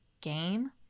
game